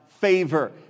favor